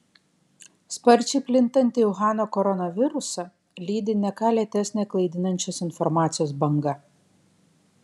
sparčiai plintantį uhano koronavirusą lydi ne ką lėtesnė klaidinančios informacijos banga